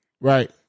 right